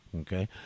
Okay